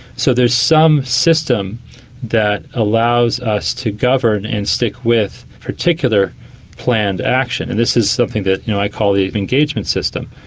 so there is some system that allows us to govern and stick with particular planned action, and this is something that you know i call the engagement system.